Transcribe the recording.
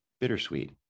Bittersweet